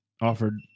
offered